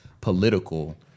political